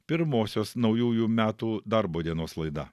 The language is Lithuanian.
pirmosios naujųjų metų darbo dienos laida